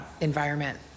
environment